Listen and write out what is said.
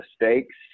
mistakes